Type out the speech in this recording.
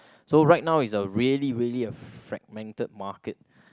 so right now is a really really fragmented market